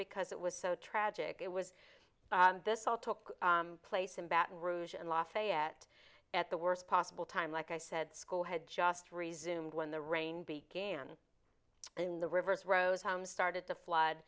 because it was so tragic it was this all took place in baton rouge and lafayette at the worst possible time like i said school had just resumed when the rain began and the rivers rose homes started to flood